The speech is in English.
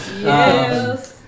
Yes